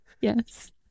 Yes